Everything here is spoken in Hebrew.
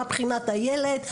מה מבחינת הילד,